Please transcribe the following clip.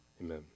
Amen